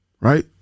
Right